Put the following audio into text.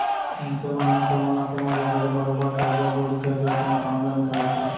मनसे मन ह कोनो न कोनो जघा ले बरोबर करजा बोड़ी करके अपन काम ल निकालथे